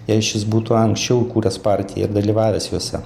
jei šis būtų anksčiau įkūręs partiją ir dalyvavęs juose